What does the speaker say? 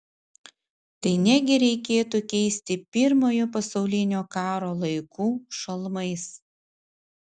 tai negi reikėtų keisti pirmojo pasaulinio karo laikų šalmais